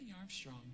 Armstrong